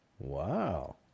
Wow